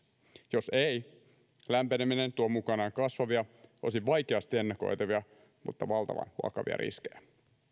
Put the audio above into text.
jos ei lämpeneminen tuo mukanaan kasvavia osin vaikeasti ennakoitavia mutta valtavan vakavia riskejä